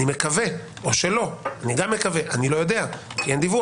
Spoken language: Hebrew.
אני מקווה, או שלא, אני לא יודע, כי אין דיווח.